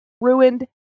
ruined